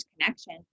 connection